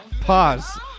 Pause